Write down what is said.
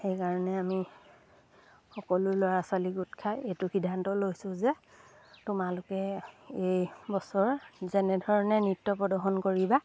সেইকাৰণে আমি সকলো ল'ৰা ছোৱালী গোট খাই এইটো সিদ্ধান্ত লৈছোঁ যে তোমালোকে এই বছৰ যেনেধৰণে নৃত্য প্ৰদৰ্শন কৰিবা